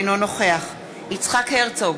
אינו נוכח יצחק הרצוג,